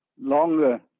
longer